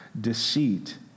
deceit